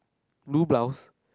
blue blouse